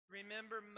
Remember